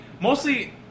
Mostly